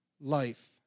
life